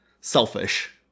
selfish